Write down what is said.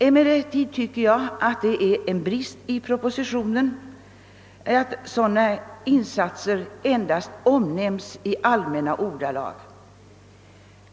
Emellertid anser jag att det är en brist att sådana insatser i propositionen endast omnämns i allmänna ordalag.